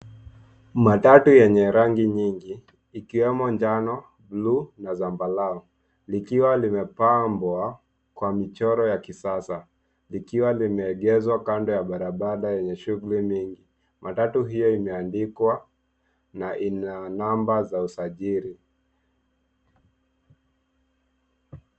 Matatu yenye rangi nyingi, ikiwemo njano, bluu na zambarau likiwa limepambwa kwa michoro ya kisasa likiwa limeegeshwa kando ya barabara yenye shughuli nyingi. Matatu hiyo imeandikwa na ina namba za usajili.